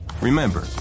Remember